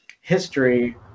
history